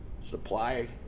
supply